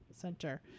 center